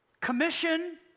Commission